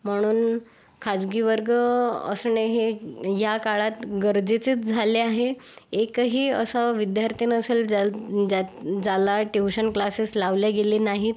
म्हणून खाजगी वर्ग असणे हे या काळात गरजेचेच झाले आहे एकही असा विद्यार्थी नसेल ज्या ज्या ज्याला ट्युशन क्लासेस लावले गेले नाहीत